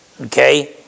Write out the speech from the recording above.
Okay